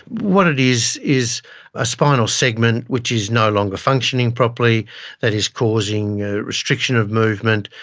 what it is is a spinal segment which is no longer functioning properly that is causing restriction of movement,